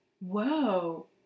Whoa